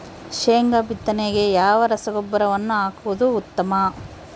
ಶೇಂಗಾ ಬಿತ್ತನೆಗೆ ಯಾವ ರಸಗೊಬ್ಬರವನ್ನು ಹಾಕುವುದು ಉತ್ತಮ?